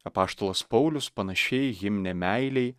apaštalas paulius panašiai himne meilei